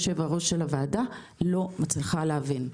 יושב-ראש הוועדה אני לא מצליחה להבין.